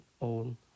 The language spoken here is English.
own